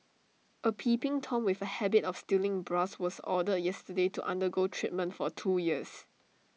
A peeping Tom with A habit of stealing bras was ordered yesterday to undergo treatment for two years